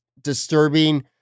disturbing